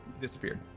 disappeared